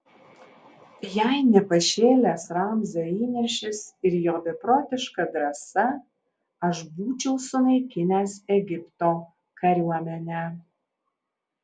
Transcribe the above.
jei ne pašėlęs ramzio įniršis ir jo beprotiška drąsa aš būčiau sunaikinęs egipto kariuomenę